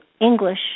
English